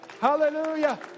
Hallelujah